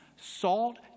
salt